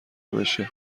بشه